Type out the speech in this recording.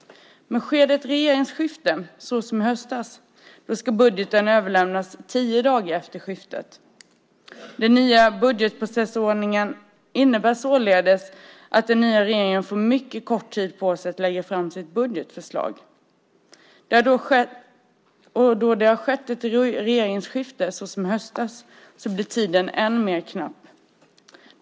Men sker det ett regeringsskifte, såsom i höstas, ska budgeten överlämnas tio dagar efter skiftet. Den nya budgetprocessordningen innebär således att regeringen får mycket kort tid på sig att lägga fram sitt budgetförslag. Har det då skett ett regeringsskifte, såsom i höstas, blir tiden än mer knapp.